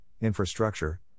infrastructure